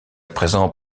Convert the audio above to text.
présent